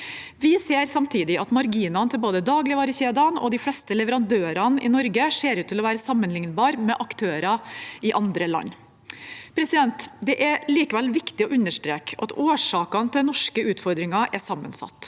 Vi ser samtidig at marginene til både dagligvarekjeder og de fleste leverandørene i Norge ser ut til å være sammenlignbare med aktører i andre land. Det er likevel viktig å understreke at årsakene til den norske utfordringen er sammensatte.